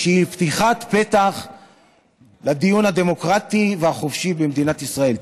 שהיא פתיחת פתח לדיון הדמוקרטי והחופשי במדינת ישראל.